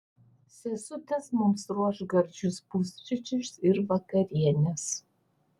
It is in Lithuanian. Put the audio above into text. sesutės mums ruoš gardžius pusryčius ir vakarienes